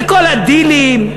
לכל הדילים,